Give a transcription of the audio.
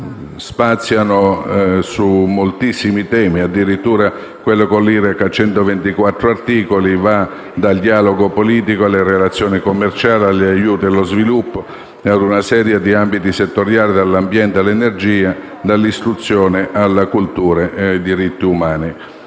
spaziano su moltissimi temi. Addirittura quello con l'Iraq, che ha 124 articoli, va dal dialogo politico, alle relazioni commerciali, agli aiuti allo sviluppo, a una serie di ambiti settoriali, dall'ambiente all'energia, dall'istruzione, alla cultura fino ai diritti umani.